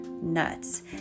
Nuts